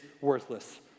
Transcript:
worthless